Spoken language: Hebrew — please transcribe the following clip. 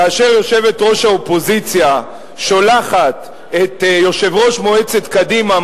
כאשר יושבת-ראש האופוזיציה שולחת את יושב-ראש מועצת קדימה,